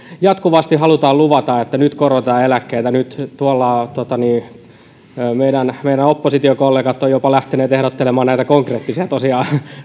jatkuvasti halutaan luvata että nyt korotetaan eläkkeitä nyt meidän meidän oppositiokollegamme ovat jopa lähteneet ehdottelemaan näitä konkreettisia tosiaan